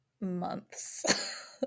months